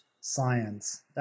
science